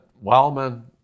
Wildman